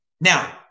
Now